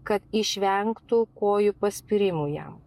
kad išvengtų kojų paspyrimų jam